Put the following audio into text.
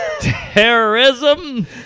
Terrorism